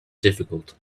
difficult